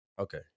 Okay